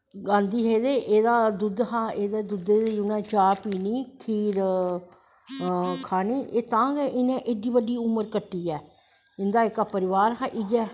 गांधी हे ते एह्दा दुध्द हा एह्दे दुध्दे दी इयां चाह् पीनी खीर खानी तां गै इनैं एह् एह्डी बड्डी उमर कट्टी ऐ इंदा जेह्का परिवार हा इयै